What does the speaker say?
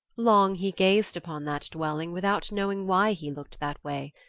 long he gazed upon that dwelling without knowing why he looked that way.